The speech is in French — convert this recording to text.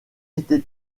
été